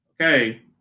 okay